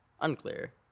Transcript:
Unclear